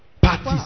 parties